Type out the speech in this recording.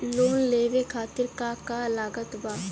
Loan लेवे खातिर का का लागत ब?